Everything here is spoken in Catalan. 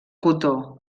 cotó